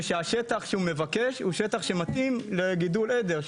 ושהשטח שהוא מבקש זה שטח מתאים לגידול עדר.